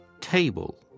table